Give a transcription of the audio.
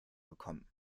bekommen